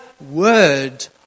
word